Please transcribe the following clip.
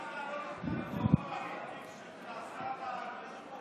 אתה הצבעת לא מזמן,